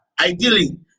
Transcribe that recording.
ideally